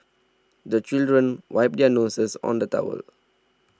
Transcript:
the children wipe their noses on the towel